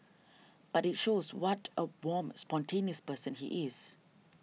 but it shows what a warm spontaneous person he is